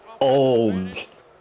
old